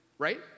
Right